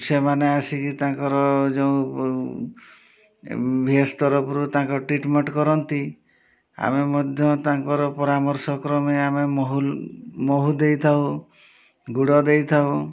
ସେମାନେ ଆସିକି ତାଙ୍କର ଯେଉଁ ଭି ଏସ୍ ତରଫରୁ ତାଙ୍କର ଟ୍ରିଟମେଣ୍ଟ୍ କରନ୍ତି ଆମେ ମଧ୍ୟ ତାଙ୍କର ପରାମର୍ଶ କ୍ରମେ ଆମେ ମହୁ ମହୁ ଦେଇଥାଉ ଗୁଡ଼ ଦେଇଥାଉ